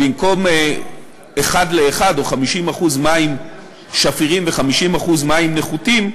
במקום 1:1, או 50% מים שפירים ו-50% מים נחותים,